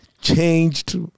Changed